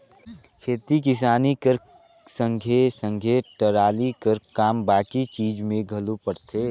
खेती किसानी कर संघे सघे टराली कर काम बाकी चीज मे घलो परथे